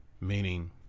meaning